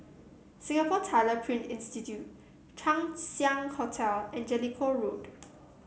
Singapore Tyler Print Institute Chang Ziang Hotel and Jellicoe Road